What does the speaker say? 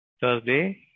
Thursday